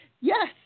Yes